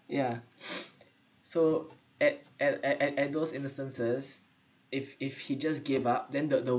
ya so at at at at at those instances if if he just gave up then the the